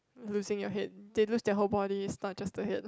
losing your head they lose their whole bodies but just the head